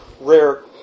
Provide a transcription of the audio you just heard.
rare